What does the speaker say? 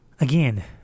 again